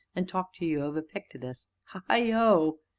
and talk to you of epictetus heighho!